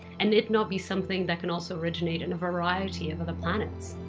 and it not be something that can also originate in a variety of other planets.